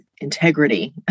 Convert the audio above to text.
integrity